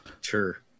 sure